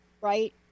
right